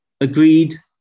agreed